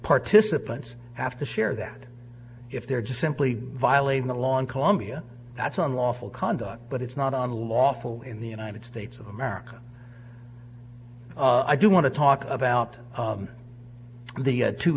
participants have to share that if they're just simply violating the law in colombia that's unlawful conduct but it's not unlawful in the united states of america i do want to talk about the